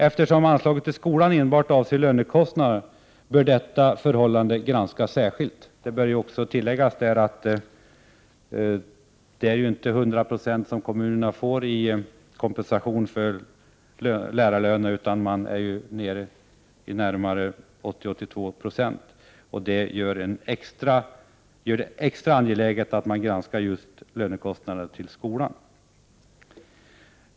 Eftersom anslaget till skolan enbart avser lönekostnader bör detta förhållande granskas särskilt. Det bör också tilläggas att kommunerna inte får 100 76 kompensation för lärarlöner, utan 80-82 26. Det gör det extra angeläget att granska just lönekostnaderna för skolan.